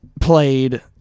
played